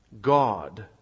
God